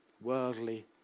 worldly